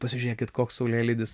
pasižiūrėkit koks saulėlydis